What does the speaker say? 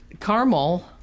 caramel